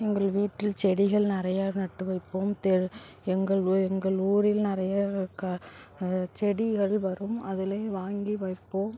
எங்கள் வீட்டில் செடிகள் நிறைய நட்டு வைப்போம் தெ எங்கள் ஊ எங்கள் ஊரில் நிறைய க செடிகள் வரும் அதில் வாங்கி வைப்போம்